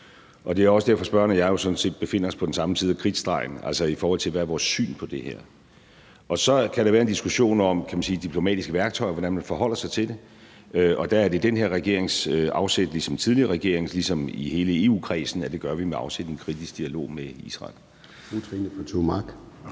Det er også derfor, spørgeren og jeg sådan set befinder os på den samme side af kridtstregen, altså i forhold til hvad vores syn på det her er. Så kan der være en diskussion om de diplomatiske værktøjer, altså hvordan man forholder sig til det, og der er det den her regerings holdning, ligesom det var tilfældet med de tidligere regeringer og hele EU-kredsen, at det gør vi med afsæt i en kritisk dialog med Israel.